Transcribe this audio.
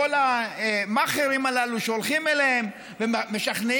כל המאכערים הללו שהולכים אליהם ומשכנעים